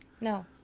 No